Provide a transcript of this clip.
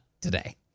today